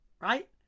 right